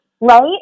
Right